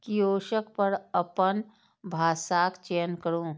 kiosk पर अपन भाषाक चयन करू